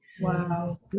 wow